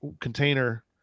container